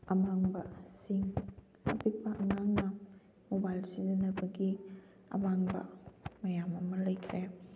ꯑꯃꯥꯡꯕꯁꯤꯡ ꯑꯄꯤꯛꯄ ꯑꯉꯥꯡꯅ ꯃꯣꯕꯥꯏꯜ ꯁꯤꯖꯟꯅꯕꯒꯤ ꯑꯃꯥꯡꯕ ꯃꯌꯥꯝ ꯑꯃ ꯂꯩꯈ꯭ꯔꯦ